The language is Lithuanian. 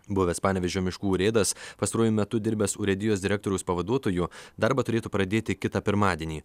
buvęs panevėžio miškų urėdas pastaruoju metu dirbęs urėdijos direktoriaus pavaduotoju darbą turėtų pradėti kitą pirmadienį